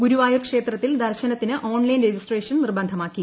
ഗുരുവായൂർ ക്ഷേത്രത്തിൽ ദർശനത്തിന് online registration നിർബിഡിമാക്കി